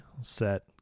set